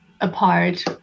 apart